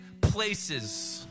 places